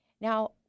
Now